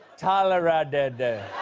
tolera-deh-deh.